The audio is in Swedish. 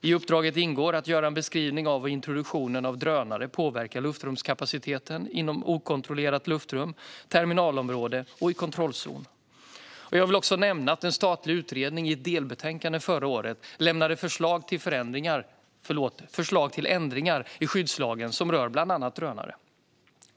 I uppdraget ingår att göra en beskrivning av hur introduktionen av drönare påverkar luftrumskapaciteten inom okontrollerat luftrum, terminalområde och kontrollzon. Jag vill också nämna att en statlig utredning i ett delbetänkande förra året lämnade förslag till ändringar i skyddslagen som rör bland annat drönare.